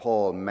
Paul